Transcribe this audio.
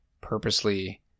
purposely